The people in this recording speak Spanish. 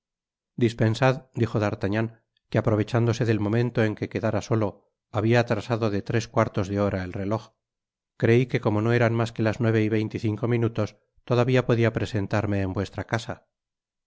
dispensad dijo d'artagnan que aprovechándose del momento en que quedara solo habia atrasado de tres cuartos de hora el reloj creí que como no eran mas que las nueve y veinte y cinco minutos todavía podia presentarme en vuestra casa las nueve y